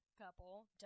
couple